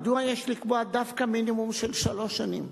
מדוע יש לקבוע דווקא מינימום של שלוש שנים?